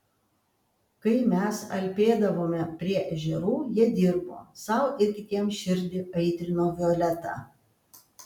kai mes alpėdavome prie ežerų jie dirbo sau ir kitiems širdį aitrino violeta